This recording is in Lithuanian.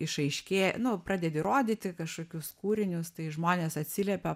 išaiškėja nu pradėti rodyti kažkokius kūrinius tai žmonės atsiliepia